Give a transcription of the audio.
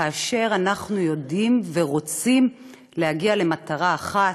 כאשר אנחנו יודעים ורוצים להגיע למטרה אחת,